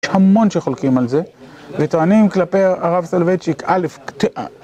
יש המון שחולקים על זה, וטוענים כלפי הרב סולובייצ'יק, א'...